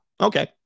Okay